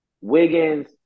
Wiggins